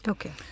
Okay